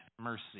mercy